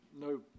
no